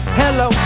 hello